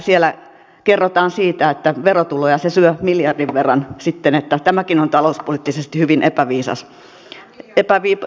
siellä kerrotaan siitä että verotuloja se syö miljardin verran että tämäkin on sitten talouspoliittisesti hyvin epäviisasta